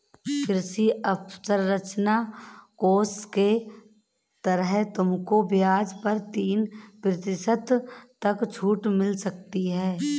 कृषि अवसरंचना कोष के तहत तुमको ब्याज पर तीन प्रतिशत तक छूट मिल सकती है